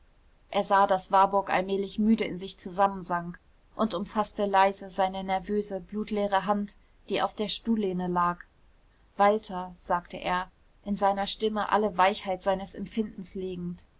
er sah daß warburg allmählich müde in sich zusammensank und umfaßte leise seine nervöse blutleere hand die auf der stuhllehne lag walter sagte er in seine stimme alle weichheit seines empfindens legend